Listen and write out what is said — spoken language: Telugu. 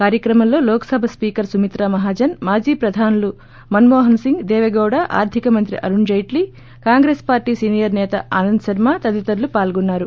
కార్యక్రమంలో లోక్సభ స్పీకర్ సుమిత్రా మహాజన్ మాజీ ప్రధానులు మన్మోహన్సింగ్ దేవెగౌడ ఆర్గిక మంత్రి అరుణ్జైట్లీ కాంగ్రెస్ పార్లీ సీనియర్ సేత ఆనంద్ శర్మ తదితరులు పాల్గొన్నారు